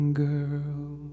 girl